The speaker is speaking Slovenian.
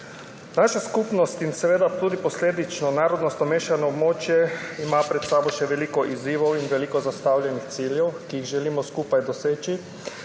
Naša skupnost in seveda posledično tudi narodnostno mešano območje ima pred sabo še veliko izzivov in veliko zastavljenih ciljev, ki jih želimo skupaj doseči,